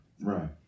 right